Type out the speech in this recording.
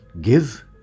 Give